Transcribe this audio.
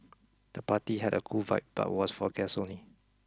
the party had a cool vibe but was for guests only